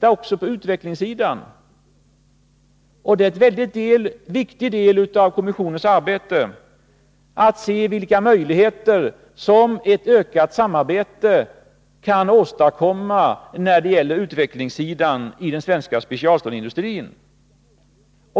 också på utvecklingssidan. Det är en mycket viktig del av kommissionens arbete — att se vilka möjligheter ett ökat samarbete kan åstadkomma när det gäller utvecklingssidan i den svenska specialstålsindustrin.